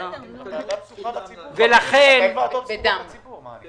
מותר לי